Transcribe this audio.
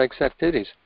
activities